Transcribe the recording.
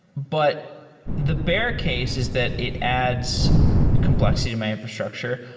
but the bear case is that it adds complexity to my infrastructure.